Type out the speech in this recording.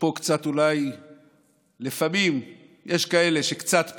שפה קצת אולי לפעמים יש כאלה שקצת פחות,